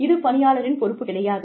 இது பணியாளரின் பொறுப்பு கிடையாது